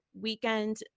weekend